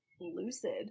lucid